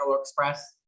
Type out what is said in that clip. Express